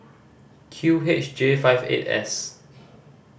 Q H J five eight S